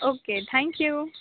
okay thank you